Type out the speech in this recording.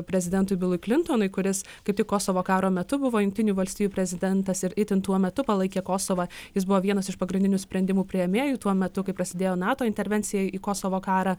prezidentui bilui klintonui kuris kaip tik kosovo karo metu buvo jungtinių valstijų prezidentas ir itin tuo metu palaikė kosovą jis buvo vienas iš pagrindinių sprendimų priėmėjų tuo metu kai prasidėjo nato intervencija į kosovo karą